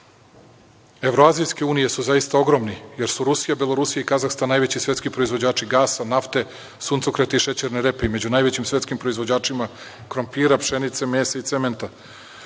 Evroazijske unije su ogromni, jer su Rusija, Belorusija i Kazahstan najveći svetski proizvođači gasa, nafte, suncokreta i šećerne repe i među najvećim svetskim proizvođačima krompira, pšenice, mesa i cementa.